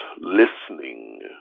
listening